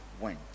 went